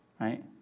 right